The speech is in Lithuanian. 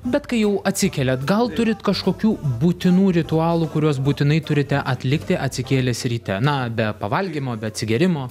bet kai jau atsikeliat gal turit kažkokių būtinų ritualų kuriuos būtinai turite atlikti atsikėlęs ryte na be pavalgymo be atsigėrimo